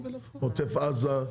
עוטף עזה,